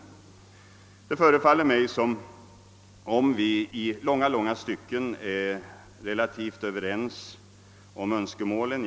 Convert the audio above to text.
Det förefaller mig som om vi i mycket stor utsträckning är överens i fråga om önskemålen.